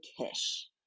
Kish